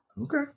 okay